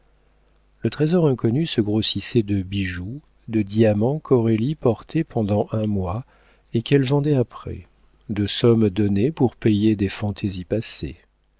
le trésor inconnu se grossissait de bijoux de diamants qu'aurélie portait pendant un mois et qu'elle vendait après de sommes données pour payer des fantaisies passées